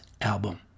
album